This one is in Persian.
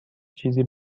چیزی